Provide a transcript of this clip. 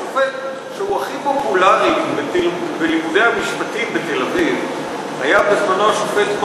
השופט הכי פופולרי בלימודי המשפטים בתל-אביב היה בזמנו השופט,